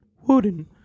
Wooden